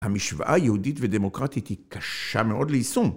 המשוואה היהודית ודמוקרטית היא קשה מאוד ליישום.